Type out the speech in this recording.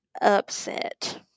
upset